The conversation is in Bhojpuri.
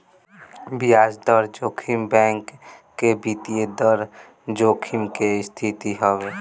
बियाज दर जोखिम बैंक के वित्तीय दर जोखिम के स्थिति हवे